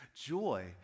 joy